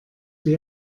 wie